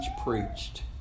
preached